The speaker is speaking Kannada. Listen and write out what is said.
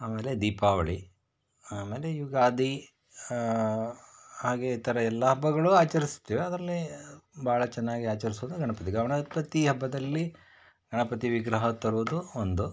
ಆಮೇಲೆ ದೀಪಾವಳಿ ಆಮೇಲೆ ಯುಗಾದಿ ಹಾಗೇ ಈ ಥರ ಎಲ್ಲ ಹಬ್ಬಗಳು ಆಚರ್ಸ್ತೀವಿ ಅದರಲ್ಲಿ ಭಾಳ ಚೆನ್ನಾಗಿ ಆಚರಿಸೋದು ಗಣಪತಿ ಗಣಪತಿ ಹಬ್ಬದಲ್ಲಿ ಗಣಪತಿ ವಿಗ್ರಹ ತರುವುದು ಒಂದು